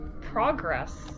progress